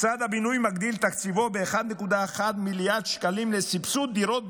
משרד הבינוי מגדיל את תקציבו ב-1.1 מיליארד שקלים לסבסוד דירות,